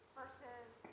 versus